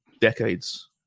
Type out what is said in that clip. decades